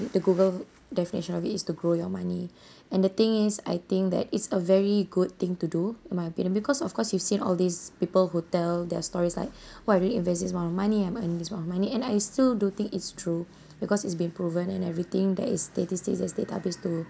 the google definition of it is to grow your money and the thing is I think that it's a very good thing to do in my opinion because of course you've seen all these people who tell their stories like who are really invest this amount of money and earn this amount of money and I still do think it's true because it's been proven and everything that is statistics as database to